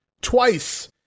twice